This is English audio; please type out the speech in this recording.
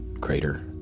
Crater